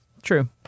True